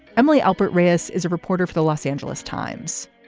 emily alpert reyes is a reporter for the los angeles times.